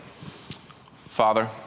Father